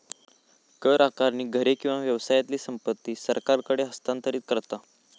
कर आकारणी घरे किंवा व्यवसायातली संपत्ती सरकारकडे हस्तांतरित करता